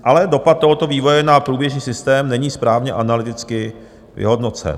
Ale dopad tohoto vývoje na průběžný systém není správně analyticky vyhodnocen.